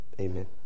Amen